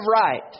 right